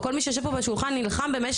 כי כולנו פה כל מי שיושב פה בשולחן נלחם במשך